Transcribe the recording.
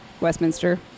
Westminster